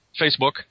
Facebook